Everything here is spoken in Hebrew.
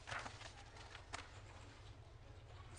זה